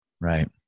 Right